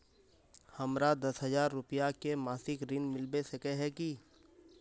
हमरा दस हजार रुपया के मासिक ऋण मिलबे सके है की?